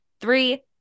Three